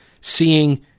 seeing